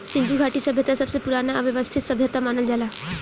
सिन्धु घाटी सभ्यता सबसे पुरान आ वयवस्थित सभ्यता मानल जाला